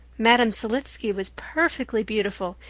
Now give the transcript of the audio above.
madame selitsky was perfectly beautiful,